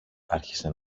άρχισε